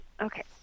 Okay